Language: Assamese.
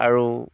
আৰু